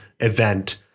event